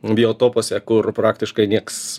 biotopuose kur praktiškai nieks